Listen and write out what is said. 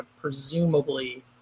presumably